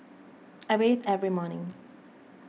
I bathe every morning